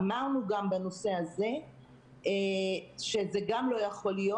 אמרנו גם בנושא הזה שזה לא יכול להיות,